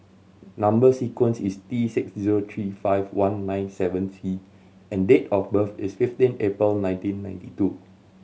number sequence is T six zero three five one nine seven C and date of birth is fifteen April nineteen ninety two